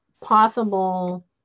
possible